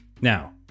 Now